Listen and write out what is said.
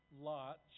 lots